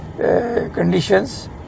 conditions